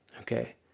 Okay